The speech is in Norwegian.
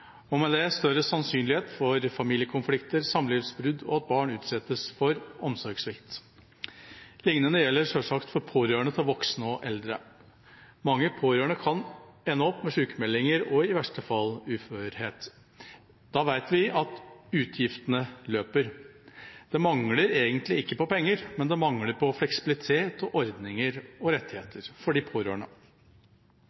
og med det større sannsynlighet for familiekonflikter, samlivsbrudd og at barn utsettes for omsorgssvikt. Lignende gjelder selvsagt for pårørende til voksne og eldre. Mange pårørende kan ende opp med sykmeldinger og i verste fall uførhet. Da vet vi at utgiftene løper. Det mangler egentlig ikke penger, men det mangler fleksibilitet, ordninger og